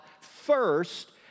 first